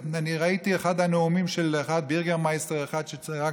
אני ראיתי אחד הנאומים של Buergermeister אחד שצעק: